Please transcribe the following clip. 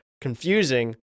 confusing